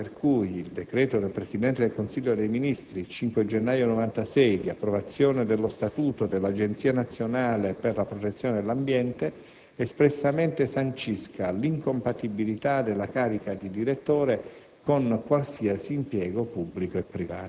Ne è riprova la circostanza per cui il decreto del Presidente del Consiglio dei ministri 5 gennaio 1996 di approvazione dello statuto dell'Agenzia nazionale per la protezione dell'ambiente, espressamente sancisca l'incompatibilità della carica di Direttore